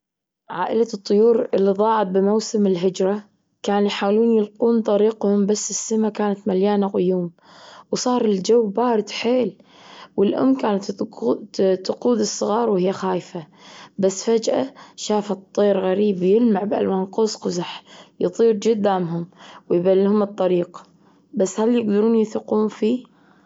عائلة الطيور إللي ظاعت بموسم الهجره كانو يحاولون يلقون طريقهم بس السماء كانت مليانة غيوم. وصار الجو بارد حيل، والأم كانت تقو- تقود الصغار وهي خايفة. بس فجأة شافت طير غريب يلمع بألوان قوس قزح يطير جدامهم ويبين لهم الطريق. بس هل يقدرون يثقون فيه؟